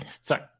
sorry